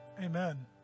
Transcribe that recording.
Amen